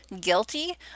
guilty